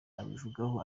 abivugaho